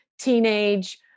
teenage